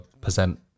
percent